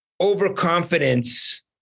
overconfidence